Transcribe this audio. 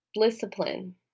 discipline